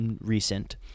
recent